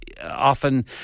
Often